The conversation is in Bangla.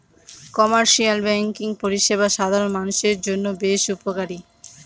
কমার্শিয়াল ব্যাঙ্কিং পরিষেবা সাধারণ মানুষের জন্য বেশ উপকারী